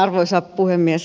arvoisa puhemies